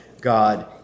God